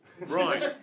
Right